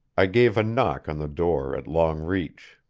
i gave a knock on the door at long reach.